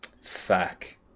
Fuck